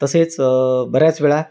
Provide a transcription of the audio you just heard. तसेच बऱ्याच वेळा